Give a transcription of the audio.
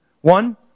One